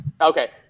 Okay